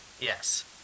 Yes